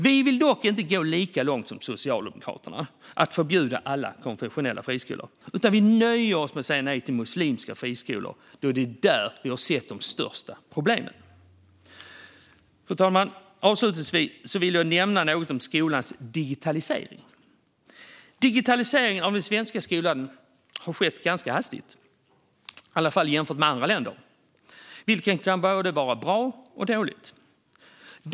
Vi sverigedemokrater vill inte gå lika långt som Socialdemokraterna och förbjuda alla konfessionella friskolor, utan vi nöjer oss med att säga nej till muslimska friskolor då det är där vi sett de största problemen. Fru talman! Avslutningsvis vill jag nämna något om skolans digitalisering. Digitaliseringen av den svenska skolan har skett ganska hastigt jämfört med i andra länder, vilket kan vara både bra och dåligt.